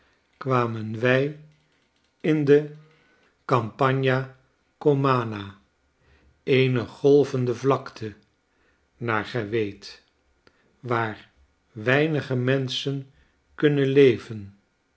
kwamen wij indecampagnakomana eene golvende vlakte naar gij weet waar weinige menschen kunnen le